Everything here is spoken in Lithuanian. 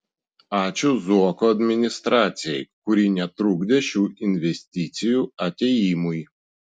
ačiū zuoko administracijai kuri netrukdė šių investicijų atėjimui